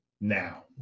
now